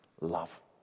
love